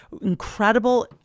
incredible